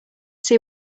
see